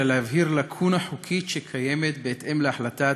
אלא להבהיר לקונה חוקית שקיימת בהתאם להחלטת